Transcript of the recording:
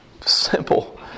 simple